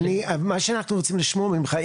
אבל מה שאנחנו רוצים לשמוע ממך,